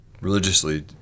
religiously—